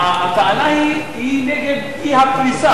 הטענה היא נגד אי-הפריסה.